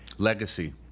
Legacy